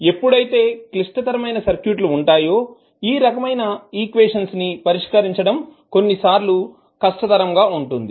ఎప్పుడైతే క్లిష్టతరమైన సర్క్యూట్లు ఉంటాయో ఈ రకమైన ఈక్వేషన్స్ పరిష్కరించడం కొన్నిసార్లు చాలా కష్టతరంగా ఉంటుంది